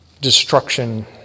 destruction